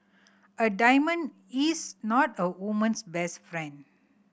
a diamond is not a woman's best friend